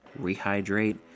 rehydrate